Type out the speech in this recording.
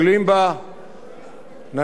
נניח את העניין על שולחן הממשלה,